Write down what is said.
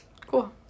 Cool